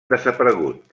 desaparegut